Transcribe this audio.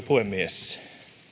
puhemies